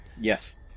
Yes